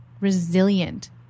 resilient